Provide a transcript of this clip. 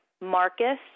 Marcus